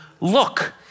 look